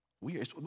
Weird